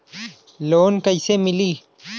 Loan कईसे मिली?